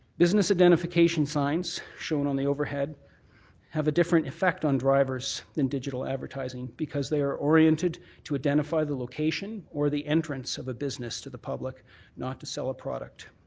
business identification signs shown on the overhead have a different effect on drivers than digital advertising because they are oriented to identify the location or the entrance of a business to the public not to sell a product.